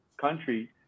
country